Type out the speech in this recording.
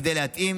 כדי להתאים